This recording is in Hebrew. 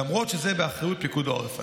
למרות שזה באחריות פיקוד העורף.